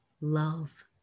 love